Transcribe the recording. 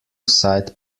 side